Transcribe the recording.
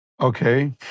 Okay